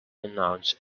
announced